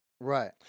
Right